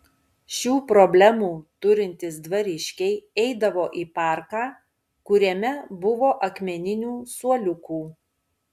šių problemų turintys dvariškiai eidavo į parką kuriame buvo akmeninių suoliukų